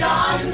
on